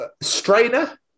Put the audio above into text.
strainer